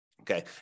Okay